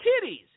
kitties